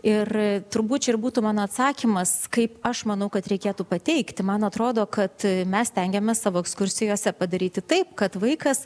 ir turbūt čia būtų mano atsakymas kaip aš manau kad reikėtų pateikti man atrodo kad mes stengiamės savo ekskursijose padaryti taip kad vaikas